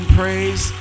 praise